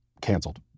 canceled